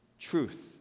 Truth